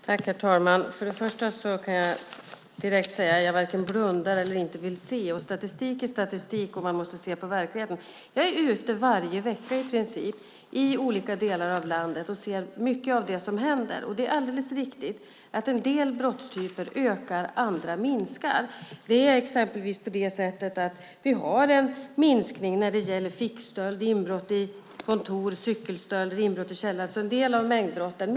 Herr talman! Jag kan direkt säga att det inte är så att jag blundar eller att jag inte vill se. Statistik är statistik, och man måste se på verkligheten. Jag är ute i princip varje vecka i olika delar av landet och ser mycket av det som händer. Det är alldeles riktigt att en del brottstyper ökar, andra minskar. Det är exempelvis på det sättet att vi har en minskning när det gäller fickstöld, inbrott i kontor, cykelstölder och inbrott i källare, alltså en del av mängdbrotten.